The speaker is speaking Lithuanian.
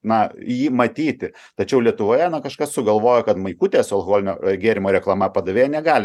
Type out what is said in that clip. na jį matyti tačiau lietuvoje na kažkas sugalvojo kad maikutės su alkoholinio gėrimo reklama padavėja negali